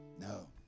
No